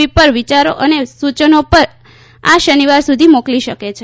વી પર વિચારો અને સૂચનો આ શનિવાર સુધી મોકલી શકે છે